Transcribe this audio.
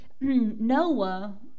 Noah